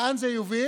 לאן זה יוביל?